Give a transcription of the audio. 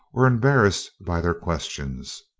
or embarrassed by their questions.